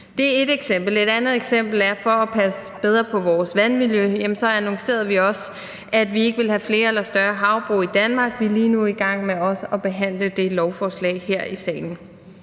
det er et eksempel. Et andet eksempel er: For at passe bedre på vores vandmiljø, annoncerede vi også, at vi ikke vil have flere eller større havbrug i Danmark. Vi er lige nu i gang med også at behandle det lovforslag her i salen.